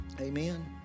Amen